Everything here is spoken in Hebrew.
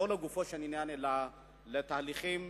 לא לגופו של עניין אלא על התהליכים,